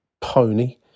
pony